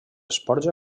esports